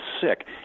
sick